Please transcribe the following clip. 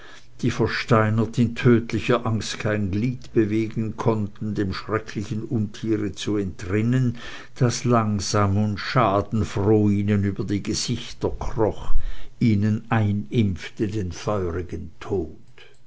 die versteinert in tödlicher angst kein glied bewegen konnten dem schrecklichen untiere zu entrinnen das langsam und schadenfroh ihnen über die gesichter kroch ihnen einimpfte den feurigen tod